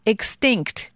Extinct